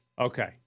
Okay